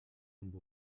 amb